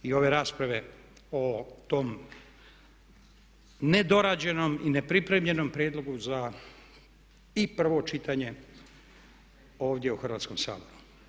I ove rasprave o tom nedorađenom i nepripremljenom prijedlogu za i prvo čitanje ovdje u Hrvatskom saboru.